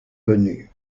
connus